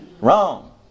Wrong